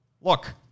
Look